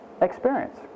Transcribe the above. experience